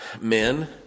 Men